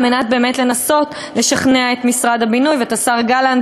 מנת באמת לנסות לשכנע את משרד הבינוי ואת השר גלנט,